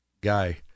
guy